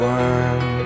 one